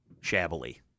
shabbily